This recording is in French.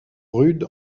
rude